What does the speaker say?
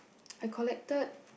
I collected